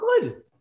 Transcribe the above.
good